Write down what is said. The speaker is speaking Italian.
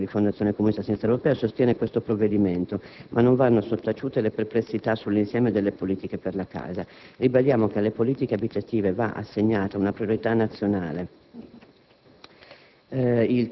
Il Gruppo Rifondazione Comunista-Sinistra Europea sostiene questo provvedimento, ma non vanno sottaciute le perplessità sull'insieme delle politiche per la casa. Ribadiamo che alle politiche abitative va assegnata una priorità nazionale.